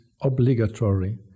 obligatory